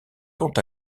quant